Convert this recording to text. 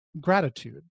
gratitude